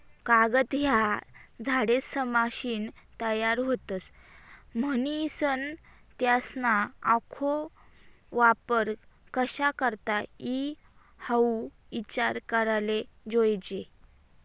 कागद ह्या झाडेसपाशीन तयार व्हतस, म्हनीसन त्यासना आखो वापर कशा करता ई हाऊ ईचार कराले जोयजे